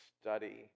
study